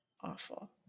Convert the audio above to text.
Awful